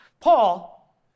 Paul